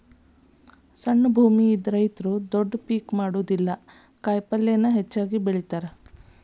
ಸಣ್ಣ ಭೂಮಿ ಇದ್ದ ರೈತರು ದೊಡ್ಡ ಪೇಕ್ ಮಾಡುದಿಲ್ಲಾ ಕಾಯಪಲ್ಲೇನ ಹೆಚ್ಚಾಗಿ ಮಾಡತಾರ